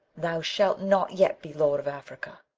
thou shalt not yet be lord of africa.